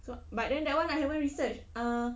so but then that [one] I haven't research uh